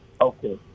Okay